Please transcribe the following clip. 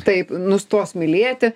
taip nustos mylėti